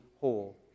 whole